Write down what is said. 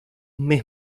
mes